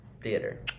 Theater